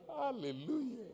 Hallelujah